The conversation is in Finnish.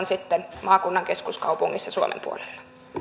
sitten maakunnan keskuskaupungissa suomen puolella